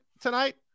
tonight